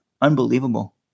unbelievable